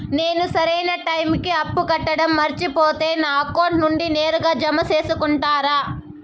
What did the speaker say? నేను సరైన టైముకి అప్పు కట్టడం మర్చిపోతే నా అకౌంట్ నుండి నేరుగా జామ సేసుకుంటారా?